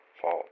fault